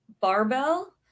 barbell